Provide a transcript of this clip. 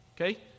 Okay